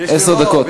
עשר דקות.